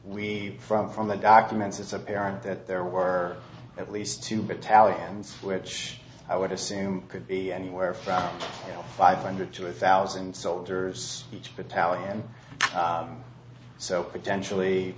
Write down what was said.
we from from the documents it's apparent that there were at least two battalions which i would assume could be anywhere from five hundred to a thousand soldiers each battalion so potentially